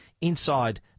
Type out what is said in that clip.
inside